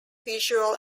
visual